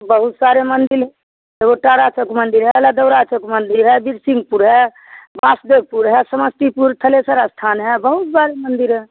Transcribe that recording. बहुत सारे मंदिर है एगो तारा चौक मंदिर है अलादौरा चौक मंदिर है बिरसिंहपुर है वासदेवपुर है समस्तीपुर थलेसरा स्थान है बहुत सारे मंदिर हैं